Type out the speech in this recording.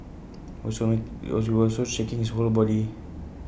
he was also shaking his whole body